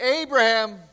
Abraham